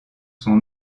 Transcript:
son